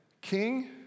King